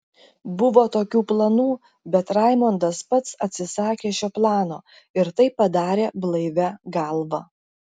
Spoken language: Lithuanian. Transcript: buvo tokių planų bet raimondas pats atsisakė šio plano ir tai padarė blaivia galva